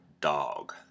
dog